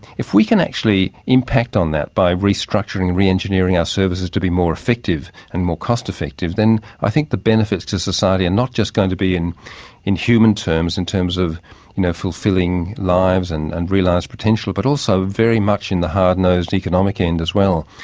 if we can actually impact on that by restructuring and re-engineering our services to be more effective and more cost effective then i think the benefits to society are and not just going to be in in human terms, in terms of you know fulfilling lives and and realised potential but also very much in the hardnosed economic end as well.